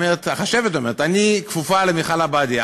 החשבת אומרת: אני כפופה למיכל עבאדי,